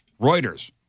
Reuters